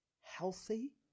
healthy